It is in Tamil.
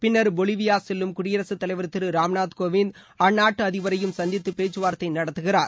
பின்னர் பொலிவியா செல்லும் குடியரசுத் தலைவர் திரு ராம்நாத் கோவிந்த் அந்நாட்டு அதிபரையும் சந்தித்து பேச்சுவார்த்தை நடத்துகிறார்